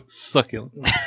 Succulent